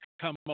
come